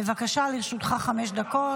בבקשה, לרשותך חמש דקות.